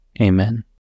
Amen